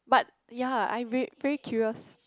but ya I'm ve~ very curious